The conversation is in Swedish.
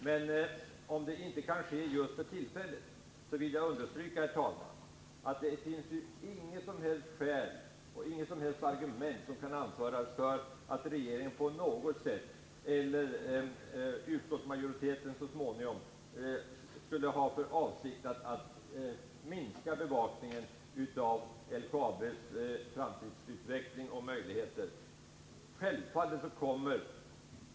Men om det inte kan ske just för tillfället vill jag understryka att det inte finns något som talar för att regeringen eller utskottsmajoriteten skulle ha för avsikt att minska bevakningen av LKAB:s framtidsutveckling och framtidsmöjligheter.